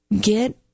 get